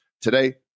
Today